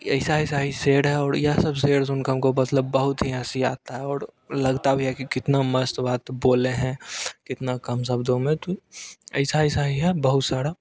ऐसा ऐसा ही शेर है और यह सब शेर सुनके हमको मतलब बहुत ही हँसी आता है और लगता भी है कि कितना मस्त बात बोले हैं कितना कम शब्दों में तो ऐसा ऐसा ही है बहुत सारा